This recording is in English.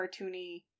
cartoony